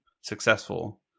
successful